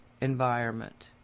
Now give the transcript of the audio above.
environment